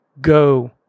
go